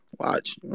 Watch